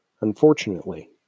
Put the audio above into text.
Unfortunately